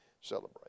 celebrate